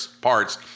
parts